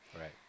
Right